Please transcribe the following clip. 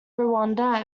rwanda